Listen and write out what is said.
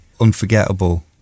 unforgettable